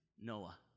Noah